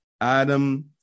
Adam